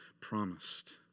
promised